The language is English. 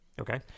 Okay